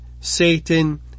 Satan